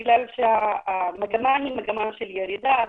כי המגמה היא של ירידה,